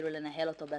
כלומר לנהל אותו בעצמה,